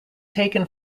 taken